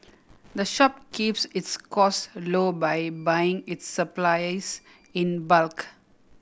the shop keeps its cost low by buying its supplies in bulk